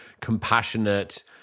compassionate